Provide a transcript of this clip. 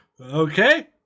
Okay